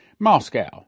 Moscow